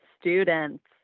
students